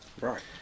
right